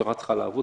המשטרה צריכה לעבוד,